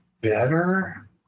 better